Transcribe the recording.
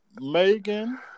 Megan